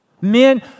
Men